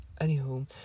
Anywho